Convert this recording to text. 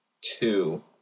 two